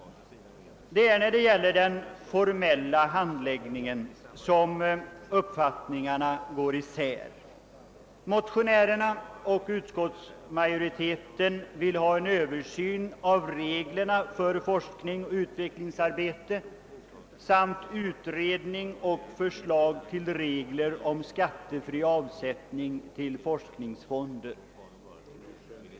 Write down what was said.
Det är när det gäller den formella handläggningen som uppfattningarna går isär. Motionärerna och utskottsmajoriteten önskar få en översyn av reglerna för forskningsoch utvecklingsarbete samt utredning och förslag till regler om skattefri avsättning till forskningsfonder.